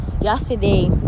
yesterday